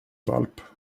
valp